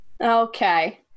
Okay